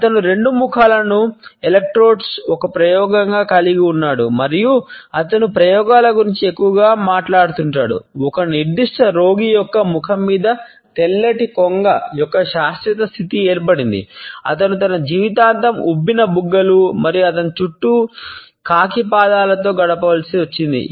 అతను రెండు ముఖాలను పరీక్షా ఎలక్ట్రోడ్లలో ఒక ప్రయోగంగా కలిగి ఉన్నాడు మరియు అతను ప్రయోగాల గురించి ఎక్కువగా మాట్లాడుతుంటాడు ఒక నిర్దిష్ట రోగి యొక్క ముఖం మీద తెల్లటి కొంగ యొక్క శాశ్వత స్థితి ఏర్పడింది అతను తన జీవితాంతం ఉబ్బిన బుగ్గలు మరియు అతని కళ్ళ చుట్టూ కాకి పాదాలతో గడపవలసి వచ్చింది